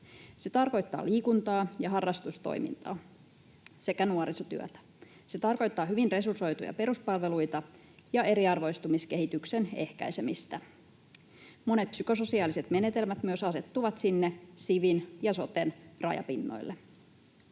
Se tarkoittaa liikuntaa ja harrastustoimintaa sekä nuorisotyötä. Se tarkoittaa hyvin resursoituja peruspalveluita ja eriarvoistumiskehityksen ehkäisemistä. Monet psykososiaaliset menetelmät myös asettuvat sinne sivin ja soten rajapinnoille.